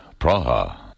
Praha